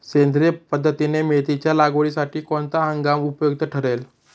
सेंद्रिय पद्धतीने मेथीच्या लागवडीसाठी कोणता हंगाम उपयुक्त ठरेल?